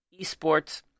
esports